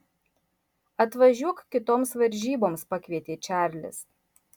atvažiuok kitoms varžyboms pakvietė čarlis